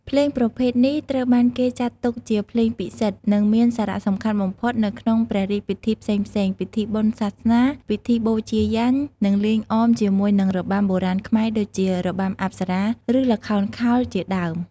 ភ្លេងប្រភេទនេះត្រូវបានគេចាត់ទុកជាភ្លេងពិសិដ្ឋ និងមានសារៈសំខាន់បំផុតនៅក្នុងព្រះរាជពិធីផ្សេងៗ ពិធីបុណ្យសាសនា ពិធីបូជាយញ្ញ និងលេងអមជាមួយនឹងរបាំបុរាណខ្មែរដូចជា របាំអប្សរា ឬល្ខោនខោលជាដើម។